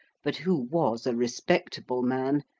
but who was a respectable man,